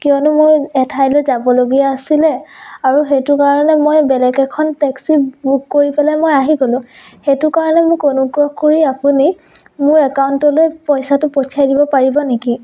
কিয়নো মোৰ এঠাইলৈ যাবলগীয়া আছিলে আৰু সেইটো কাৰণে মই বেলেগ এখন টেক্সী বুক কৰি পেলাই মই আহি গ'লো সেইটো কাৰণে মোক অনুগ্ৰহ কৰি আপুনি মোৰ একাউণ্টলৈ পইচাটো পঠিয়াই দিব পাৰিব নেকি